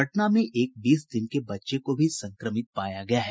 पटना में एक बीस दिन के बच्चे को भी संक्रमित पाया गया है